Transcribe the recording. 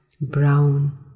brown